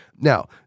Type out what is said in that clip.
Now